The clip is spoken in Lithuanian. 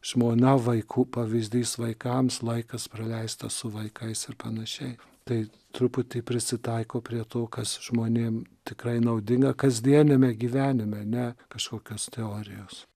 žmona vaiku pavyzdys vaikams laikas praleistas su vaikais ir panašiai tai truputį prisitaiko prie to kas žmonėm tikrai naudinga kasdieniame gyvenime ne kažkokios teorijos